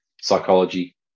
psychology